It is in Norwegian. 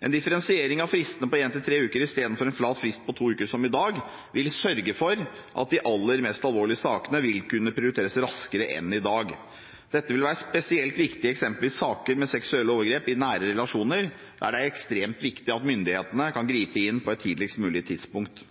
En differensiering av fristene på én til tre uker istedenfor en flat frist på to uker, som i dag, vil sørge for at de aller mest alvorlige sakene vil kunne prioriteres raskere enn i dag. Dette vil være spesielt viktig eksempelvis i saker med seksuelle overgrep i nære relasjoner, der det er ekstremt viktig at myndighetene kan gripe inn på et tidligst mulig tidspunkt.